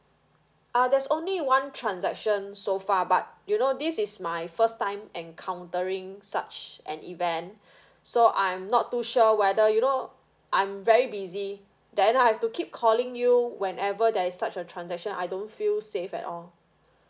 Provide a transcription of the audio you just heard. ah there's only one transaction so far but you know this is my first time encountering such an event so I'm not too sure whether you know I'm very busy then I have to keep calling you whenever there is such a transaction I don't feel safe at all